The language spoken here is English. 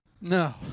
No